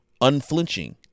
unflinching